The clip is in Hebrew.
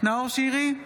נאור שירי,